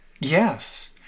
Yes